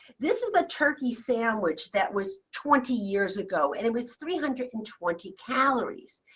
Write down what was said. this is a turkey sandwich. that was twenty years ago, and it was three hundred and twenty calories.